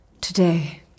today